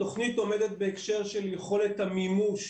התוכנית עומדת בהקשר של יכולת המימוש